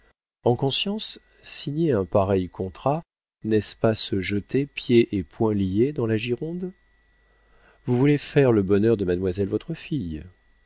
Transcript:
en conscience signer un pareil contrat n'est-ce pas se jeter pieds et poings liés dans la gironde vous voulez faire le bonheur de mademoiselle votre fille